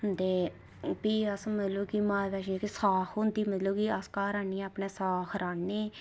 ते भी अस माता वैष्णो दी साख होंदी अस घर आह्नियै अपने साख राह्न्ने